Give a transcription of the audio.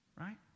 Right